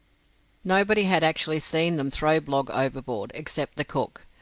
nobody had actually seen them throw blogg overboard except the cook,